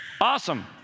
Awesome